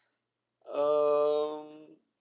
um